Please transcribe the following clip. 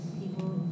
people